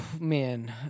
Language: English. man